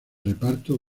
reparto